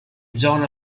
zona